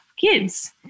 kids